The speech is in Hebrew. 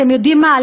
אתם יודעים מה,